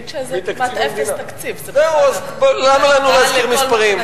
תגיד שזה כמעט אפס תקציב בהשוואה לכל מה שנקבת.